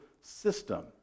system